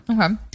Okay